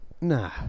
Nah